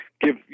give